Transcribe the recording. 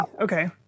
Okay